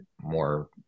more